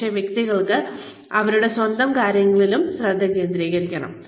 പക്ഷേ വ്യക്തികൾക്ക് അവരുടെ സ്വന്തം കാര്യങ്ങളിലും ശ്രദ്ധ കേന്ദ്രീകരിക്കാം